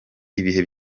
ibihe